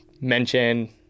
mention